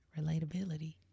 relatability